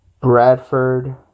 Bradford